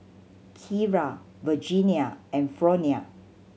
Kiera Virginia and Fronia